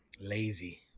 Lazy